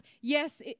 yes